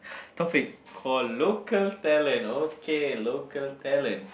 topic call local talent okay local talent